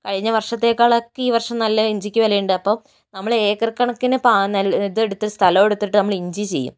കഴിഞ്ഞ വർഷത്തേക്കാളൊക്കെ ഈ വർഷം നല്ല ഇഞ്ചിക്ക് വിലയുണ്ട് അപ്പോൾ നമ്മള് ഏക്കർ കണക്കിന് നെൽ ഇത് എടുത്ത് സ്ഥലമെടുത്തിട്ട് നമ്മൾ ഇഞ്ചി ചെയ്യും